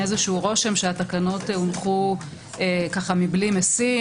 איזשהו רושם שהתקנות הונחו ככה מבלי משים,